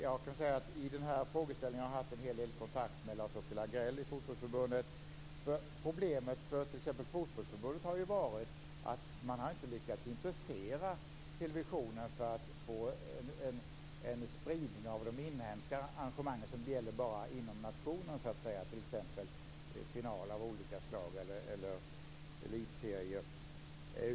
Jag kan säga att jag i denna fråga har haft en hel del kontakt med Lars-Åke Lagrell i Fotbollförbundet. Problemet för t.ex. Fotbollförbundet har varit att man inte har lyckats intressera televisionen för att sprida de inhemska arrangemang som är intressanta bara inom nationen, t.ex. finaler av olika slag eller elitserier.